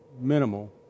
minimal